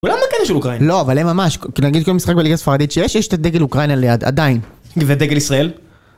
ולמה כאן יש אוקראין? לא, אבל הם ממש, כדי להגיד שהם משחק בליגה ספרדית שיש, יש את הדגל אוקראין על היד, עדיין. ודגל ישראל?